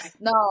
no